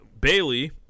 bailey